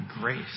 grace